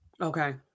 Okay